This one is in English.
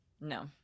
No